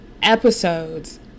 episodes